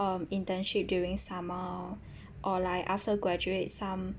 um internship during summer or like after graduate some